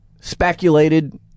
speculated